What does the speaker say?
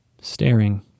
Staring